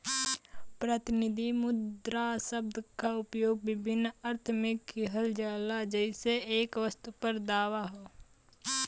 प्रतिनिधि मुद्रा शब्द क उपयोग विभिन्न अर्थ में किहल जाला जइसे एक वस्तु पर दावा हौ